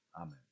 Amen